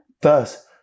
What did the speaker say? thus